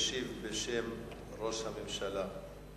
ישיב בשם ראש הממשלה.